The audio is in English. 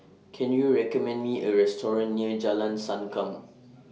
Can YOU recommend Me A Restaurant near Jalan Sankam